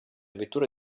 vetture